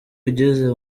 ugeze